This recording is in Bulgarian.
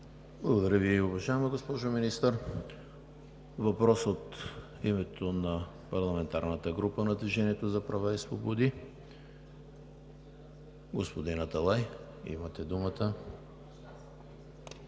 Благодаря Ви, уважаема госпожо Министър. Въпрос от името на парламентарната група на „Движението за права и свободи“ – господин Аталай, имате думата.